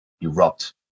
erupt